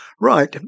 Right